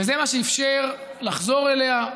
וזה מה שאפשר לחזור אליה,